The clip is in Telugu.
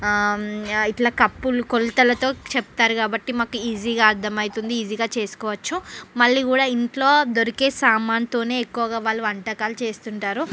ఇట్లా కప్పులు కొలతలతో చెప్తారు కాబట్టి మాకు ఈజీగా అర్థమైతుంది ఈజీగా చేసుకోవచ్చు మళ్ళీ కూడా ఇంట్లో దొరికే సామానుతోనే ఎక్కువగా వాళ్ళు వంటకాలు చేస్తుంటారు